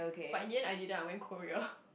but in the end I didn't I went Korea